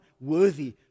worthy